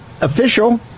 official